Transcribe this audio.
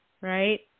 right